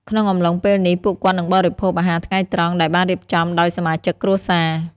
ក្នុងអំឡុងពេលនេះ ពួកគាត់នឹងបរិភោគអាហារថ្ងៃត្រង់ដែលបានរៀបចំដោយសមាជិកគ្រួសារ។